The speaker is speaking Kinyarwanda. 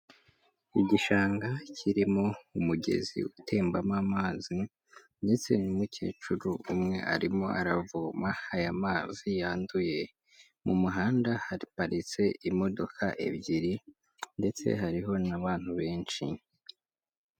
Igishanga kirimo umugezi utembamo amazi, ndetse n'umukecuru umwe arimo aravoma aya mazi yanduye, mu muhanda haparitse imodoka ebyiri, ndetse hariho n'abantu benshi.